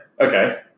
Okay